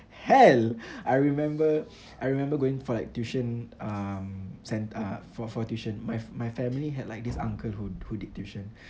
hell I remember I remember going for like tuition um cent~ uh for for tuition my my family had like this uncle who who did tuition